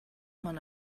man